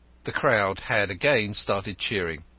the crowd had again started cheering.